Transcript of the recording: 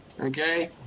Okay